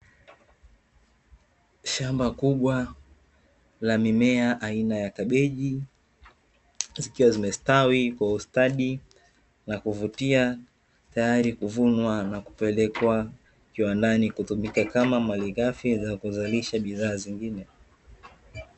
Shamba kubwa la mimea aina ya kabichi zikiwa zimestawi kwa ustadi na kuvutia tayari kuvunwa na kupelekwa kiwandani kutumika kama malighafi za kuzalisha bidhaa zingine.